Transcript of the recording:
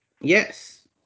Yes